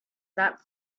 that